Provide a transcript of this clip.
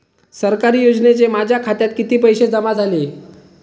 सरकारी योजनेचे माझ्या खात्यात किती पैसे जमा झाले?